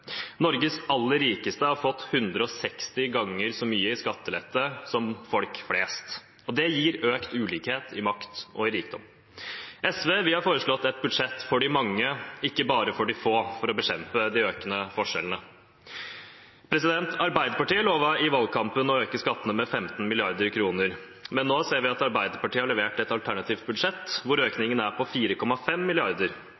Norges aller rikeste har fått 160 ganger så mye i skattelette som folk flest. Det gir økt ulikhet i makt og rikdom. SV har foreslått et budsjett for de mange, ikke bare for de få – for å bekjempe de økende forskjellene. Arbeiderpartiet lovet i valgkampen å øke skattene med 15 mrd. kr, men nå ser vi at Arbeiderpartiet har levert et alternativt budsjett hvor